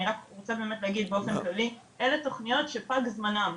אני רק רוצה באמת לומר באופן כללי שאלה תוכניות שפג זמנן.